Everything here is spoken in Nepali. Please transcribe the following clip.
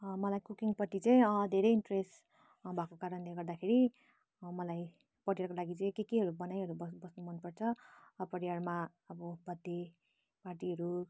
मलाई कुकिङपट्टि चाहिँ धेरै इन्ट्रेस्ट भएको कारणले गर्दाखेरि मलाई पटेरोको लागि चाहिँ के केहरू बनाइहरू बस्नु मनपर्छ अब परिवारमा अब बर्थडे पार्टीहरू